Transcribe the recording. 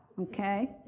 okay